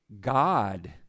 God